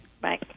Bye